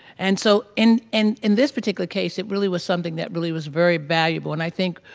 and so in, and in this particular case it really was something that really was very valuable and i think